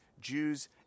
Jews